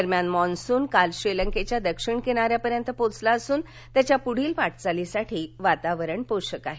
दरम्यान मान्सून काल श्रीलंकेच्या दक्षिण किनाऱ्यापर्यंत पोहोचला असून त्याच्या पुढील वाटचालीसाठी वातावरण पोषक आहे